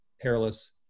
hairless